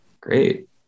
Great